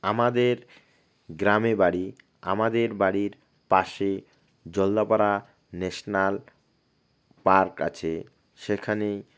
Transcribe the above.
আমাদের গ্রামে বাড়ি আমাদের বাড়ির পাশে জলদাপাড়া ন্যাশনাল পার্ক আছে সেখানে